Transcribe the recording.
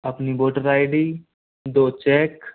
अपनी voter I D दो cheque